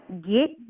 Get